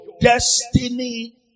destiny